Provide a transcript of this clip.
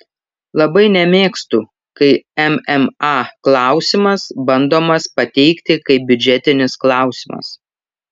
labai nemėgstu kai mma klausimas bandomas pateikti kaip biudžetinis klausimas